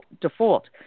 default